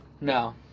No